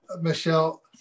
Michelle